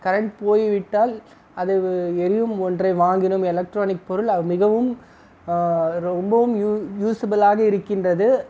current போய்விட்டால் அது எரியும் ஒன்றை வாங்கினோம் எலக்ட்ரானிக் பொருள் அது மிகவும் ரொம்பவும் யூ யூஸ்ஸபுளாக இருக்கின்றது